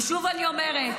ושוב אני אומרת,